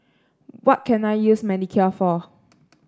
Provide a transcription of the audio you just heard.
what can I use Manicare for